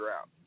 out